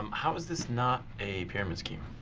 um how is this not a pyramid scheme?